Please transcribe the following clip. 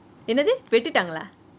என்னது வெட்டிட்டாங்களா:ennathu vettitaangalaa